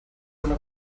una